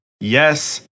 yes